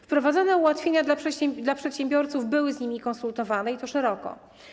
Wprowadzone ułatwienia dla przedsiębiorców były z nimi konsultowane i to szeroko.